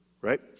right